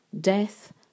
death